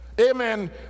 amen